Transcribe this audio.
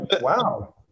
wow